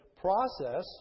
process